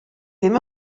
ddim